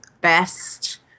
best